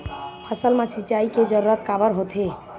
फसल मा सिंचाई के जरूरत काबर होथे?